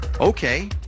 Okay